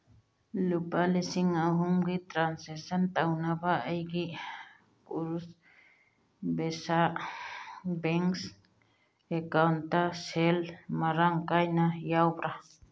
ꯂꯨꯄꯥ ꯂꯤꯁꯤꯡ ꯑꯍꯨꯝꯒꯤ ꯇ꯭ꯔꯥꯟꯁꯦꯛꯁꯟ ꯇꯧꯅꯕ ꯑꯩꯒꯤ ꯎꯔꯨꯁꯕꯦꯁꯥ ꯕꯦꯡꯁ ꯑꯦꯀꯥꯎꯟꯇ ꯁꯦꯜ ꯃꯔꯥꯡ ꯀꯥꯏꯅ ꯌꯥꯎꯕ꯭ꯔꯥ